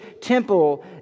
temple